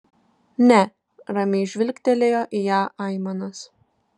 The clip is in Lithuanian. ne ramiai žvilgtelėjo į ją aimanas